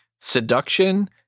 seduction